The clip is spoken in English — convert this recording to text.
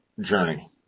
journey